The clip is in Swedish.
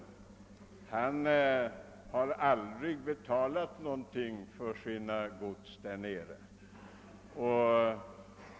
Han har aldrig betalat någonting för godsen där nere i Blekinge.